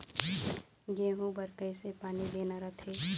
गेहूं बर कइसे पानी देना रथे?